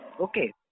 Okay